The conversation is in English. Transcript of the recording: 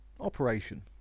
operation